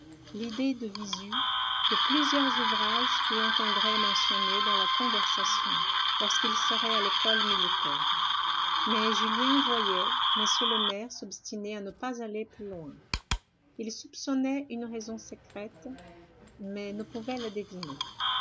l'idée de visu de plusieurs ouvrages qu'il entendrait mentionner dans la conversation lorsqu'il serait à l'école militaire mais julien voyait m le maire s'obstiner à ne pas aller plus loin il soupçonnait une raison secrète mais ne pouvait la deviner